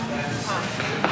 גברתי היושבת-ראש,